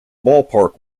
ballpark